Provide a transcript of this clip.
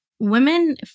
Women